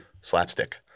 slapstick